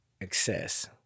excess